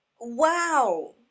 wow